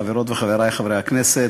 חברות וחברי הכנסת,